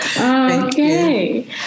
okay